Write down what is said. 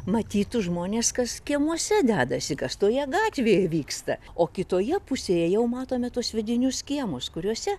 matytų žmonės kas kiemuose dedasi kas toje gatvėje vyksta o kitoje pusėje jau matome tuos vidinius kiemus kuriuose